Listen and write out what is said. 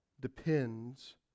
depends